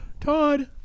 Todd